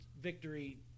victory